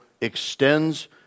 extends